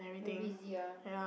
very busy one